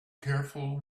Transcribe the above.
careful